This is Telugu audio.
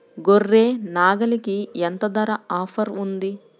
గొర్రె, నాగలికి ఎంత ధర ఆఫర్ ఉంది?